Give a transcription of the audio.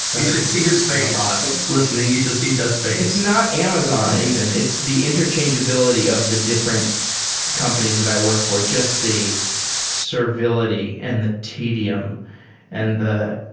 you should see his face listening. you should see jeff's face. it's not amazon even. it's the interchangeability of the different companies that i worked for. just the servility and the tedium and the